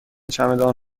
چمدان